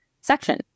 section